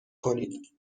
کنید